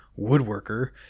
woodworker